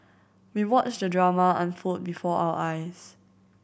we watched the drama unfold before our eyes